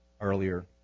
earlier